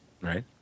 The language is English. Right